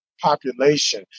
population